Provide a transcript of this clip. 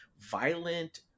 violent